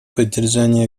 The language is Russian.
поддержание